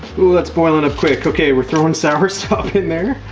ooh, that's boiling up quick. okay, we're throwing soursop in there.